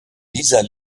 dieser